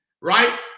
right